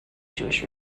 jewish